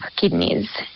kidneys